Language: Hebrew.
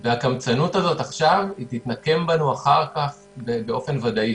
הקמצנות הזאת עכשיו תתנקם בנו אחר כך באופן ודאי.